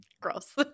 Gross